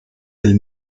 del